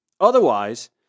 Otherwise